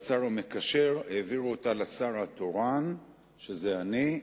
והשר המקשר העביר אותה לשר התורן שזה אני,